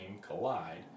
collide